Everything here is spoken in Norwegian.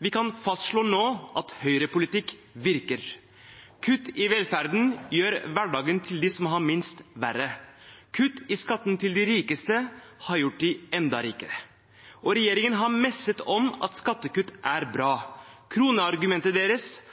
Vi kan nå fastslå at høyrepolitikk virker: Kutt i velferden gjør hverdagen til dem som har minst, verre. Kutt i skatten til de rikeste har gjort dem enda rikere. Og regjeringen har messet om at skattekutt er bra. Kronargumentet deres